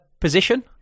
position